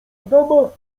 adama